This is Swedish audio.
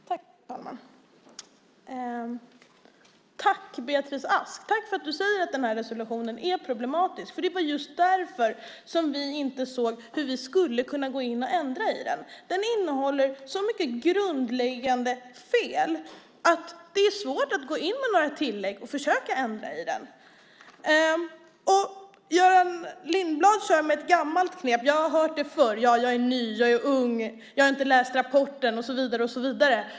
Fru talman! Tack, Beatrice Ask! Tack för att du säger att den här resolutionen är problematisk, för det var just därför som vi inte såg hur vi skulle kunna gå in och ändra i den. Den innehåller så mycket grundläggande fel att det är svårt att gå in med några tillägg och försöka ändra i den. Göran Lindblad kör med ett gammalt knep. Jag har hört det förr: Jag är ny, jag är ung, jag har inte läst rapporten och så vidare.